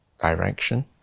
direction